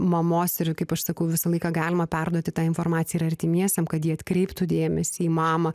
mamos ir kaip aš sakau visą laiką galima perduoti tą informaciją ir artimiesiem kad jie atkreiptų dėmesį į mamą